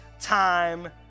time